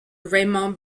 raymond